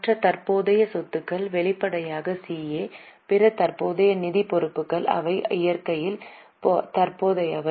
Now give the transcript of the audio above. மற்ற தற்போதைய சொத்துகள் வெளிப்படையாக CA பிற தற்போதைய நிதி பொறுப்புகள் அவை இயற்கையில் தற்போதையவை